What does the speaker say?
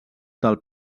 del